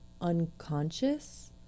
unconscious